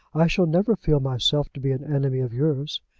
i shall never feel myself to be an enemy of yours.